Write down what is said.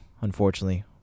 unfortunately